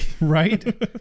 Right